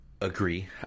agree